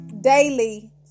daily